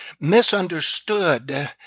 misunderstood